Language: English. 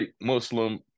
Muslim